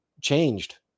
changed